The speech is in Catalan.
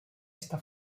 està